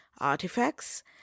artifacts